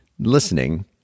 Listening